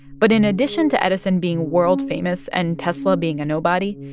but in addition to edison being world-famous and tesla being a nobody,